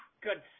good